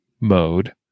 mode